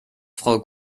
frau